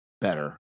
better